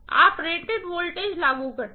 आप rated voltage लागू करते हैं